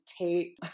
tape